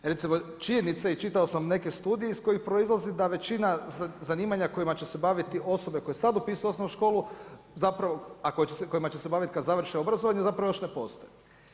Recimo činjenica je i čitao sam neke studije iz kojih proizlazi da većina zanimanja kojima će se baviti, osobe koje sada upisuju osnovnu školu, a zapravo kojima će se baviti kad završe obrazovanje, zapravo još ne postoje.